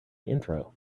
intro